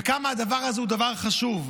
וכמה הדבר הזה הוא דבר חשוב.